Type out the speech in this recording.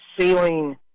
ceiling